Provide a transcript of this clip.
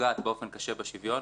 פוגעת באופן קשה בשוויון,